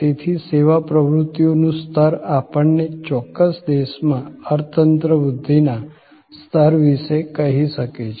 તેથી સેવા પ્રવૃત્તિનું સ્તર આપણને ચોક્કસ દેશમાં અર્થતંત્ર વૃદ્ધિના સ્તર વિશે કહી શકે છે